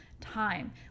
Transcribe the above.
time